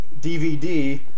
DVD